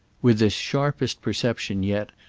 with this sharpest perception yet,